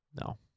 No